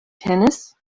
tennis